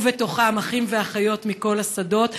ובתוכם אחים ואחיות מכל השדות,